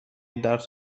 درس